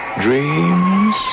dreams